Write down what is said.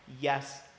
yes